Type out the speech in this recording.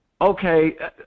Okay